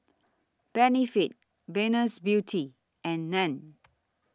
Benefit Venus Beauty and NAN